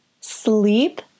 sleep